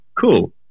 Cool